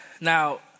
Now